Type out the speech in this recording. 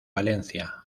valencia